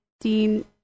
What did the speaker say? Dean